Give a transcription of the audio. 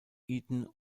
eton